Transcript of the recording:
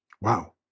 Wow